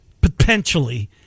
potentially